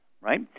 right